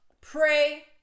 pray